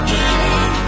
Healing